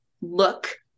look